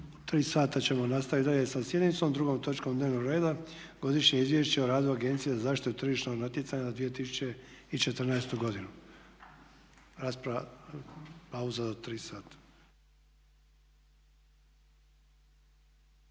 U 3 sata ćemo nastaviti dalje sa sjednicom 2. točkom dnevnog reda Godišnje izvješće o radu agencije za aštitu tržišnog natjecanja za 2014. godinu. Pauza do 3 sata.